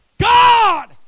God